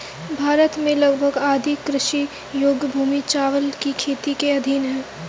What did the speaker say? भारत में लगभग आधी कृषि योग्य भूमि चावल की खेती के अधीन है